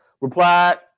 replied